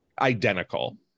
identical